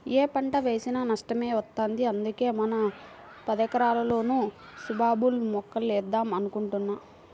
యే పంట వేసినా నష్టమే వత్తంది, అందుకే మన పదెకరాల్లోనూ సుబాబుల్ మొక్కలేద్దాం అనుకుంటున్నా